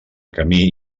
camí